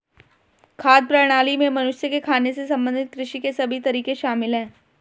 खाद्य प्रणाली में मनुष्य के खाने से संबंधित कृषि के सभी तरीके शामिल है